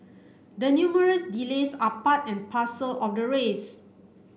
the numerous delays are part and parcel of the race